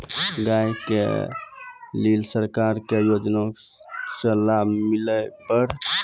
गाय ले ली सरकार के योजना से लाभ मिला पर?